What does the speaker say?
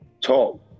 talk